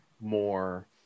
more